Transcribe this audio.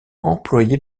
employée